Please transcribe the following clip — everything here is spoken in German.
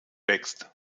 wächst